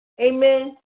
Amen